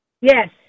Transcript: Yes